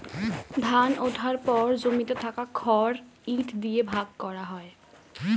ধান ওঠার পর জমিতে থাকা খড় ইট দিয়ে ভাগ করা হয়